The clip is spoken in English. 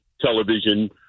television